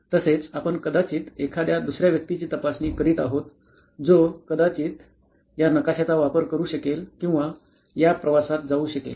तसेच आपण कदाचित एखाद्या दुसर्या व्यक्तीची तपासणी करीत आहोत जो कदाचित या नकाशा चा वापर करू शकेल किंवा या प्रवासात जाऊ शकेल